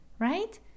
right